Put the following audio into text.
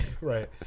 Right